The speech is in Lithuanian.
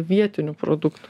vietinių produktų